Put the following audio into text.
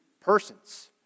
persons